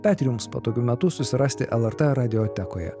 bet ir jums patogiu metu susirasti lrt radijotekoje